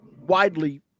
widely